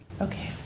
Okay